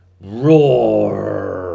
ROAR